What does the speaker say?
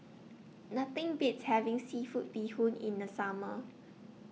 Nothing Beats having Seafood Bee Hoon in The Summer